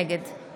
נגד